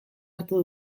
hartu